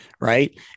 right